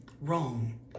wrong